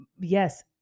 yes